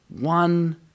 One